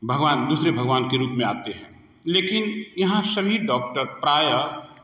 भगवान दूसरे भगवान के रूप में आते हैं लेकिन यहाँ सभी डॉक्टर प्रायः